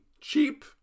cheap